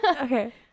okay